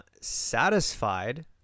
satisfied